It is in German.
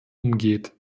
umgeht